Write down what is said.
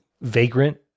vagrant